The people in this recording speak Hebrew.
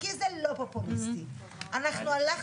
לא יכול להיות שבחדר אחד